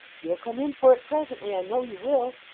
you'll come in for it presently, i know you will